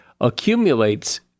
accumulates